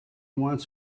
wants